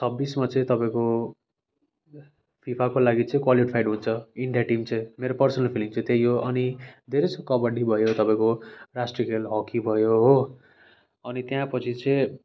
छब्बिसमा चाहिँ तपाईँको फिफाको लागि चाहिँ कुवालिफाइड हुन्छ इन्डिया टिम चाहिँ मेरो फिलिङ चाहिँ त्यही हो अनि धेरै छ कबड्डी भयो तपाईँको राष्ट्रिय खेल हकी भयो हो अनि त्यहाँ पछि चाहिँ